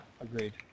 agreed